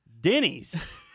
Denny's